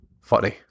funny